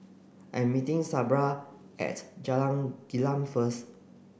I'm meeting Sabra at Jalan Gelam first